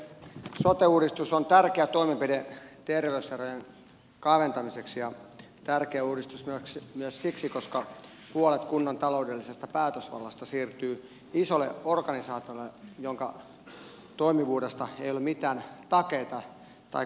sote uudistus on tärkeä toimenpide terveyserojen kaventamiseksi ja tärkeä uudistus myös siksi koska puolet kunnan taloudellisesta päätösvallasta siirtyy isolle organisaatiolle jonka toimivuudesta ei ole mitään takeita tai kokemuksia